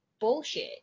bullshit